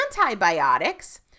Antibiotics